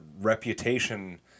reputation